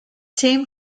team